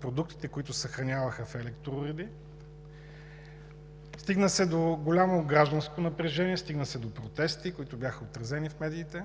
продуктите, които съхраняваха в електроуреди. Стигна се до голямо гражданско напрежение, стигна се до протести, които бяха отразени в медиите.